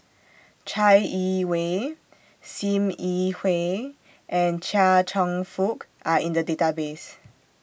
Chai Yee Wei SIM Yi Hui and Chia Cheong Fook Are in The Database